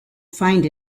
find